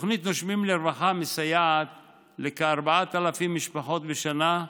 התוכנית נושמים לרווחה מסייעת לכ-4,000 משפחות בשנה,